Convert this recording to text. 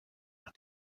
nach